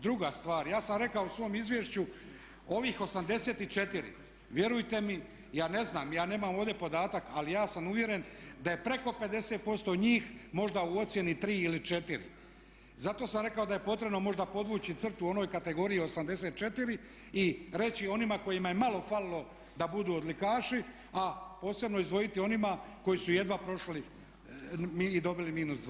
Druga stvar, ja sam rekao u svom izvješću ovih 84 vjerujte mi ja ne znam ja nemam ovdje podatak ali ja sam uvjeren da je preko 50% njih možda u ocjeni 3 ili 4. Zato sam rekao da je potrebno možda podvući crtu u onoj kategoriji 84 i reći onima kojima je malo falilo da budu odlikaši, a posebno izdvojiti one koji su jedva prošli i dobili -2.